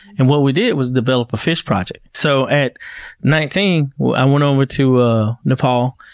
and what we did was develop a fish project. so, at nineteen i went over to ah nepal,